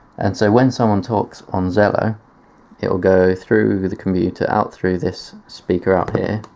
and so when someone talks on zello it will go through through the computer out through this speaker out here.